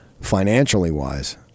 financially-wise